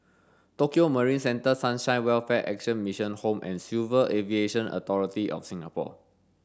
Tokio Marine Centre Sunshine Welfare Action Mission Home and Civil Aviation Authority of Singapore